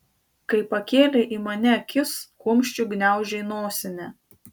kai pakėlė į mane akis kumščiu gniaužė nosinę